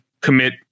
commit